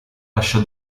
lasciò